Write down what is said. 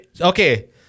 okay